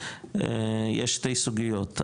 יש שתי סוגיות.